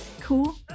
cool